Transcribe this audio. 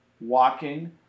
walking